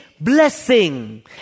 blessing